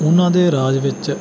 ਉਨ੍ਹਾਂ ਦੇ ਰਾਜ ਵਿੱਚ